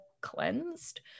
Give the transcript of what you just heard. cleansed